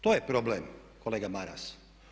To je problem kolega Maras.